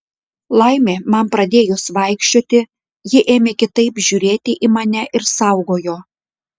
laimė man pradėjus vaikščioti ji ėmė kitaip žiūrėti į mane ir saugojo